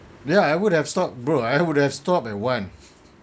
ya I would have stopped bro I would have stopped at one